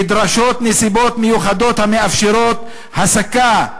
נדרשות נסיבות מיוחדות המאפשרות הסקה,